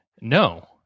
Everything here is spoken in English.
no